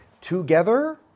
together